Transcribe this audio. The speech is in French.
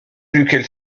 duquel